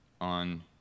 on